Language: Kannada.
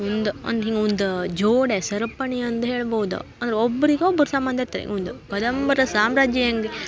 ಒಂದು ಒಂದು ಹಿನ್ ಒಂದು ಜೋಡು ಸರಪಣಿ ಅಂದು ಹೇಳ್ಬೌದು ಅಂರೆ ಒಬ್ರಿಗೆ ಒಬ್ರು ಸಂಬಂಧ ಇತ್ತು ಒಂದು ಕದಂಬರ ಸಾಮ್ರಾಜ್ಯ ಹೆಂಗ್